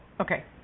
Okay